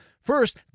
First